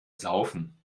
saufen